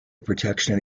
protection